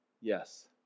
yes